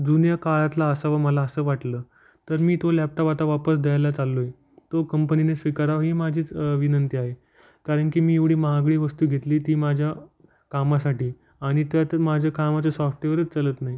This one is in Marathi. जुन्या काळातला असावा मला असं वाटलं तर मी तो लॅपटॉप आता वापस द्यायला चाललो आहे तो कंपनीने स्वीकारावा ही माझीच विनंती आहे कारण की मी एवढी महागडी वस्तू घेतली ती माझ्या कामासाठी आणि त्यात माझे कामाचे सॉफ्टवेअरच चलत नाही